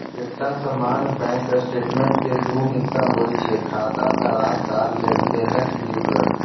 एकटा सामान्य bank statement के दू हिस्सा होइ छै, खाता सारांश आ लेनदेनक विवरण